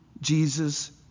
Jesus